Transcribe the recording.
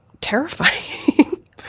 terrifying